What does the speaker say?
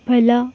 ಬಲ